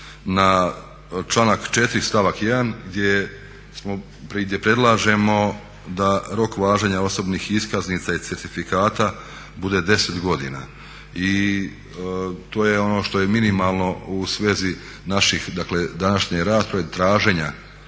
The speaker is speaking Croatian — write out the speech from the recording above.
na članak 4. stavak 1. gdje predlažemo da rok važenja osobnih iskaznica i certifikata bude 10 godina i to je ono što je minimalno u svezi naših, dakle današnje rasprave, traženja